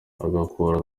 agakura